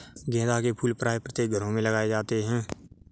गेंदा के फूल प्रायः प्रत्येक घरों में लगाए जाते हैं